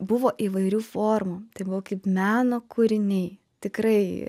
buvo įvairių formų tai buvo kaip meno kūriniai tikrai